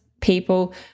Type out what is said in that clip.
people